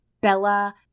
bella